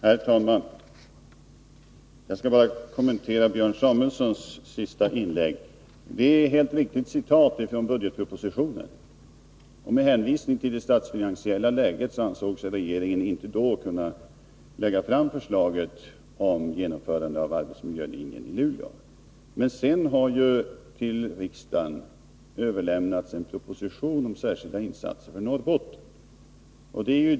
Herr talman! Jag skall bara kommentera Björn Samuelsons senaste inlägg. Citatet ur budgetpropositionen är helt riktigt. Med hänvisning till det statsfinansiella läget ansåg sig regeringen inte då kunna lägga fram förslag om genomförande av arbetsmiljölinjen i Luleå. Men sedan har ju till riksdagen överlämnats en proposition om särskilda insatser för Norrbotten.